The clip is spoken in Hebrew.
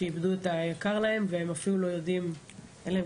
שאיבדו את היקר להם מכל ואפילו אין להם